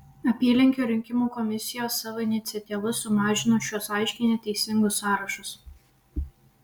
apylinkių rinkimų komisijos savo iniciatyva sumažino šiuos aiškiai neteisingus sąrašus